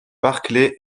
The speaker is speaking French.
barclay